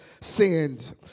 sins